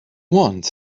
want